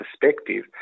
perspective